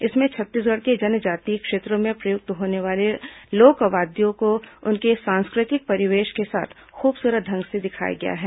इसमें छत्तीसगढ़ के जनजातीय क्षेत्रों में प्रयुक्त होने वाले लोक वाद्यों को उनके सांस्कृतिक परिवेश के साथ खूबसूरत ढंग से दिखाया गया है